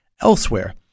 elsewhere